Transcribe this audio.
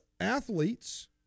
athletes